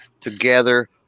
together